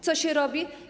Co się robi?